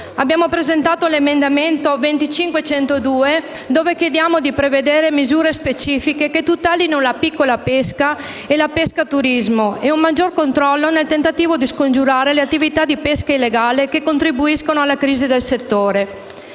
b), inserire la seguente: «b-bis) prevedere misure specifiche che tutelino la piccola pesca e la pesca turismo, e un maggior controllo nel tentativo di scongiurare le attività di pesca illegale che contribuiscono alla crisi del settore;».